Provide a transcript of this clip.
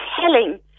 telling